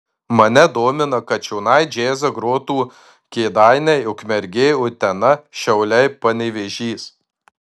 mane domina kad čionai džiazą grotų kėdainiai ukmergė utena šiauliai panevėžys